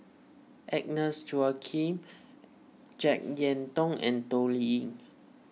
Agnes Joaquim Jek Yeun Thong and Toh Liying